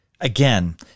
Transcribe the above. Again